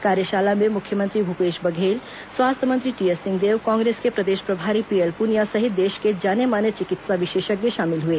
कार्यशाला में मुख्यमंत्री भूपेश बघेल स्वास्थ्य मंत्री टीएस सिंहदेव कांग्रेस के प्रदेश प्रभारी पीएल पुनिया सहित देश के जाने माने चिकित्सा विशेषज्ञ शामिल हुए